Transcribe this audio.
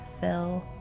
fill